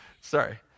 sorry